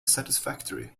satisfactory